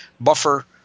buffer